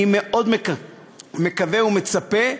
אני מאוד מקווה ומצפה,